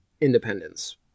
independence